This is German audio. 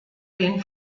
den